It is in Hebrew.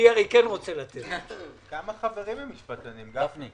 אני מזכיר שהתקנות הוגשו לראשונה לוועדת הכספים בכנסת הקודמת,